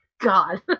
god